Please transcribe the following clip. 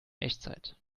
echtzeit